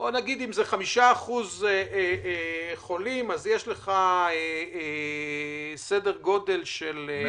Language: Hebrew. אם זה 5% חולים, יש סדר גודל של 120